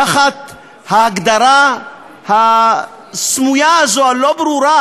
תחת ההגדרה הסמויה הזאת,